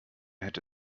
hätte